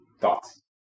Thoughts